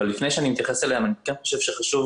אבל לפני שאני אתייחס אליהם אני כן חושב שחשוב